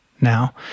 now